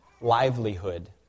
livelihood